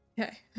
Okay